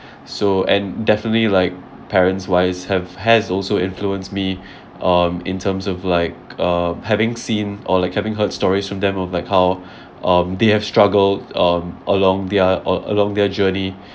so and definitely like parents wise have has also influenced me um in terms of like uh having seen or like having heard stories from them of like how um they have struggled um along their along their journey